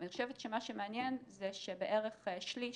ואני חושבת שמה שמעניין זה שבערך שליש